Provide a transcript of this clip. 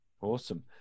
Awesome